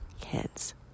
kids